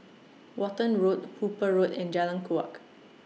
Walton Road Hooper Road and Jalan Kuak